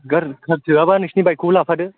गारि थोआबा नोंसोरनि बाइकखौबो लाफादो